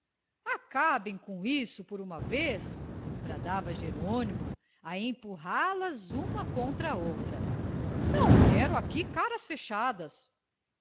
abracem se acabem com isso por uma vez bradava jerônimo a empurrá las uma contra a outra não quero aqui caras fechadas